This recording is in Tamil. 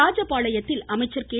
ராஜபாளையத்தில் அமைச்சர் கே